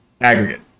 aggregate